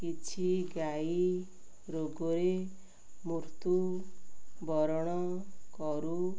କିଛି ଗାଈ ରୋଗରେ ମୃର୍ତ୍ୟୁବରଣ କରୁ